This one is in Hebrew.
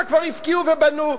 את מה שהפקיעו ממך כבר הפקיעו ובנו,